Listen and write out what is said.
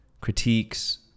critiques